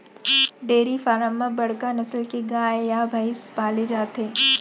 dairy farm म बड़का नसल के गाय या भईंस पाले जाथे